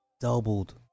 doubled